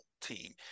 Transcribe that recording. team